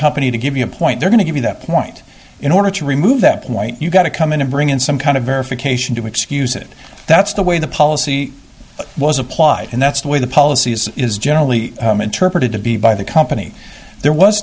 company to give you a point they're going to give you that point in order to remove that point you've got to come in and bring in some kind of verification to excuse it that's the way the policy was applied and that's the way the policies is generally interpreted to be by the company there was